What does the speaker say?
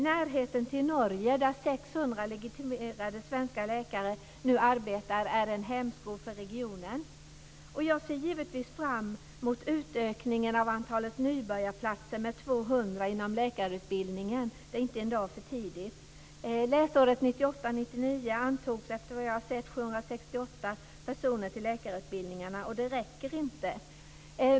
Närheten till Norge, där 600 legitimerade svenska läkare nu arbetar, är en hämsko för regionen. Jag ser givetvis fram emot utökningen av antalet nybörjarplatser med 200 inom läkarutbildningen. Det är inte en dag för tidigt. Läsåret 1998/99 antogs, såvitt jag vet, 768 personer till läkarutbildningarna, och det räcker inte.